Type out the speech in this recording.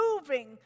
moving